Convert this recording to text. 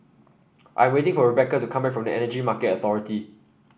I'm waiting for Rebeca to come back from Energy Market Authority